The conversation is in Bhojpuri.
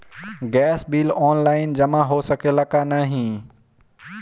गैस बिल ऑनलाइन जमा हो सकेला का नाहीं?